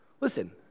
Listen